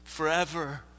forever